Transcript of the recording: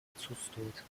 отсутствует